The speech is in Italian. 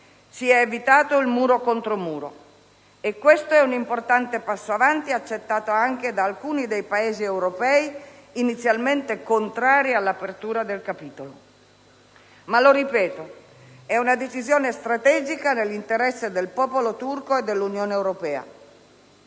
Si è evitato il muro contro muro. Questo è un importante passo avanti accettato anche da alcuni dei Paesi europei inizialmente contrari all'apertura del capitolo 22. Ma lo ripeto: è una decisione strategica, nell'interesse del popolo turco e dell'Unione europea.